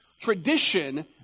tradition